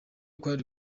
kwari